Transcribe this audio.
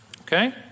Okay